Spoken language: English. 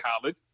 college